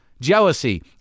Jealousy